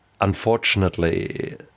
unfortunately